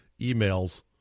emails